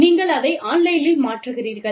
நீங்கள் அதை ஆன்லைனில் மாற்றுகிறீர்கள்